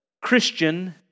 Christian